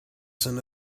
soon